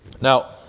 Now